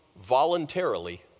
voluntarily